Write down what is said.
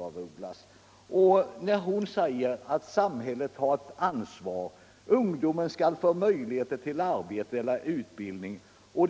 När fru af Ugglas säger att samhället har ett ansvar för att ungdomen skall få möjligheter till — och erbjudas — arbete eller utbildning, så